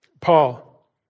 Paul